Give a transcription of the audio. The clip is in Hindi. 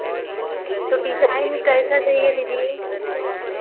तो डिजाइन कैसा चाहिए दीदी